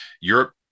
Europe